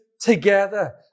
together